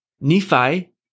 Nephi